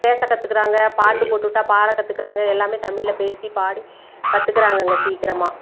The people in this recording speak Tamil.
பேச கற்றுக்கிறாங்க பாட்டு போட்டுவிட்டா பாட கற்றுக்கிறாங்க எல்லாமே தமிழில் பேசிப்பாடி கற்றுக்கிறாங்கங்க சீக்கிரமாக